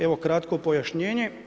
Evo kratko pojašnjenje.